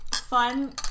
Fun